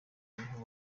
ariho